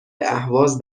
اهواز